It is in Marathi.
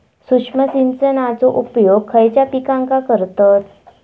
सूक्ष्म सिंचनाचो उपयोग खयच्या पिकांका करतत?